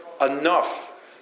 enough